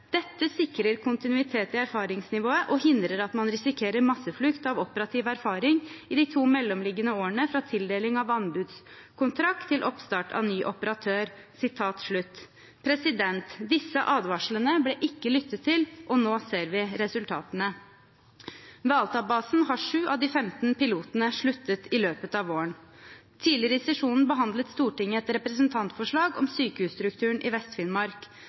sikrer kontinuitet i erfaringsnivået, og hindrer at man risikerer masseflukt av operativ erfaring i de to mellomliggende årene fra tildeling av anbudskontrakt til oppstart av ny operatør.» Disse advarslene ble ikke lyttet til, og nå ser vi resultatene. Ved Alta-basen har sju av de femten pilotene sluttet i løpet av våren. Tidligere i sesjonen behandlet Stortinget et representantforslag om sykehusstrukturen i